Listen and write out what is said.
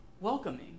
welcoming